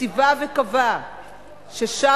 וציווה וקבע ששם,